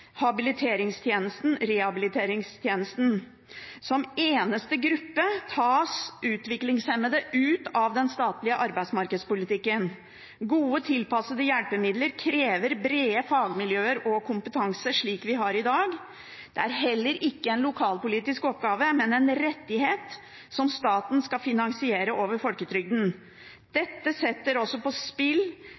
habiliteringstjenesten, rehabiliteringstjenesten. Som eneste gruppe tas utviklingshemmede ut av den statlige arbeidsmarkedspolitikken. Gode, tilpassede hjelpemidler krever brede fagmiljøer og kompetanse, slik vi har i dag. Det er heller ikke en lokalpolitisk oppgave, men en rettighet som staten skal finansiere over folketrygden. Dette settes også på spill